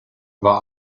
war